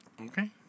Okay